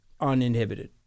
uninhibited